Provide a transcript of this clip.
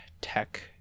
tech